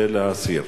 זה להסיר.